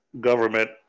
government